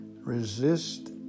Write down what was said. Resist